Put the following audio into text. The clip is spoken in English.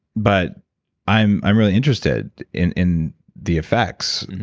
but i'm i'm really interested in in the effects.